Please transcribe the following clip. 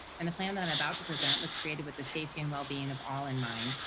and the plan that i'm about to present was created with the safety and well being of all in mind,